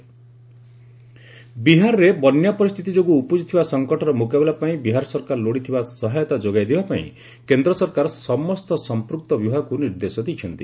ବିହାର ରେନ୍ ବିହାରରେ ବନ୍ୟା ପରିସ୍ଥିତି ଯୋଗୁଁ ଉପୁଜିଥିବା ସଂକଟର ମୁକାବିଲା ପାଇଁ ବିହାର ସରକାର ଲୋଡ଼ିଥିବା ସହାୟତା ଯୋଗାଇ ଦେବା ପାଇଁ କେନ୍ଦ୍ର ସରକାର ସମସ୍ତ ସମ୍ପୂକ୍ତ ବିଭାଗକୁ ନିର୍ଦ୍ଦେଶ ଦେଇଛନ୍ତି